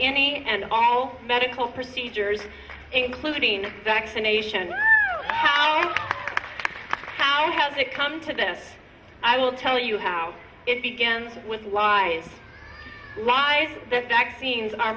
any and all medical procedures including vaccination how how has it come to this i will tell you how it begins with lies lies the fact beings are